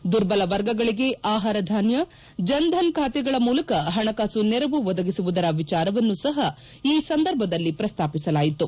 ದುರ್ಬಲ ವರ್ಗಗಳಿಗೆ ಅಹಾರ ಧಾನ್ಯ ಜನ್ ಧನ್ ಖಾತೆಗಳ ಮೂಲಕ ಹಣಕಾಸು ನೆರವು ಒದಗಿಸಿರುವ ವಿಚಾರವನ್ನೂ ಸಹ ಈ ಸಂದರ್ಭದಲ್ಲಿ ಪ್ರಸ್ತಾಪಿಸಲಾಯಿತು